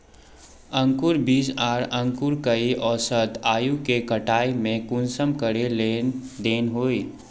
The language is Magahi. अंकूर बीज आर अंकूर कई औसत आयु के कटाई में कुंसम करे लेन देन होए?